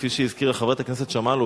כפי שהזכירה חברת הכנסת שמאלוב,